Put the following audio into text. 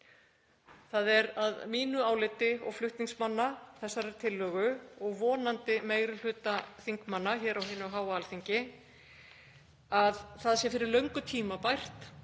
Það er að mínu áliti og flutningsmanna þessarar tillögu, og vonandi meiri hluta þingmanna hér á hinu háa Alþingi, fyrir löngu tímabært